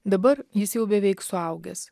dabar jis jau beveik suaugęs